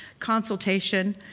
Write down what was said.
consultation,